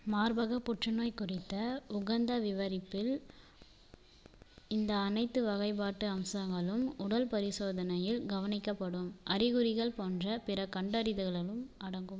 மார்பகப் புற்றுநோய் குறித்த உகந்த விவரிப்பில் இந்த அனைத்து வகைப்பாட்டு அம்சங்களும் உடல் பரிசோதனையில் கவனிக்கப்படும் அறிகுறிகள் போன்ற பிற கண்டறிதலங்களும் அடங்கும்